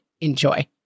Enjoy